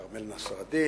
כרמל נסראלדין,